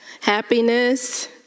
Happiness